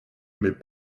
mais